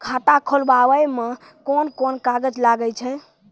खाता खोलावै मे कोन कोन कागज लागै छै?